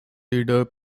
leader